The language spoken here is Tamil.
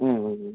ம் ம் ம்